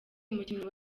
umukinnyi